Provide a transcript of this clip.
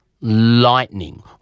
lightning